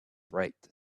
bright